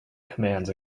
commands